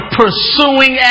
pursuing